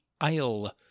isle